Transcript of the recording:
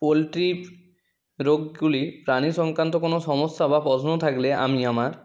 poultry রোগগুলি প্রাণী সংক্রান্ত কোনো সমস্যা বা প্রশ্ন থাকলে আমি আমার